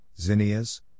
zinnias